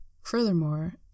Furthermore